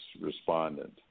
respondent